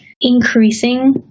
increasing